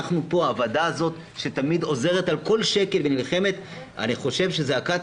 הוועדה הזאת שתמיד עוזרת על כל שקל נלחמת אני חושב שזעקת